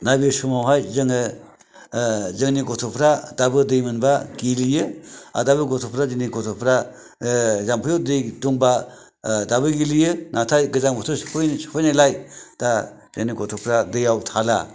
दा बे समावहाय जोङो जोंनि गथ'फ्रा दाबो दे मोनबा गेलेयो आरो बे दिनै गथ'फ्रा जामफैआव दै दंबा दाबो गेलेयो नाथाय गोजां बोथोर सफैनायलाय दा जोंनि गथ'फ्रा दैआव थाला